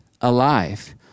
alive